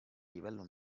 livello